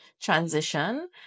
transition